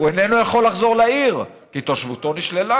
הוא איננו יכול לחזור לעיר כי התושבות שלו נשללה,